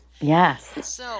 Yes